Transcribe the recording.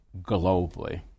globally